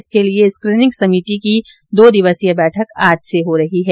इसके लिये स्क्रीनिंग समिति की दो दिवसीय बैठक आज से हो रही है